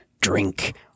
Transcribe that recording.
drink